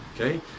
okay